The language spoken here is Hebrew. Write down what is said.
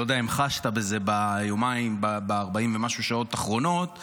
אני לא יודע עם חשת בזה ביומיים ב-40 ומשהו השעות האחרונות,